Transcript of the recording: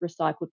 recycled